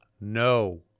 No